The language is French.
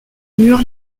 murs